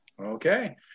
okay